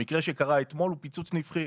המקרה שקרה אתמול הוא פיצוץ נפחי.